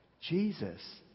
Jesus